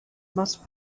must